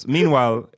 Meanwhile